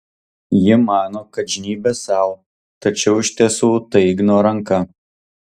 ji mano kad žnybia sau tačiau iš tiesų tai igno ranka